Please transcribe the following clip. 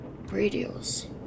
radios